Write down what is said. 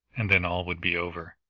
and then all would be over,